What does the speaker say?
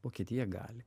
vokietija gali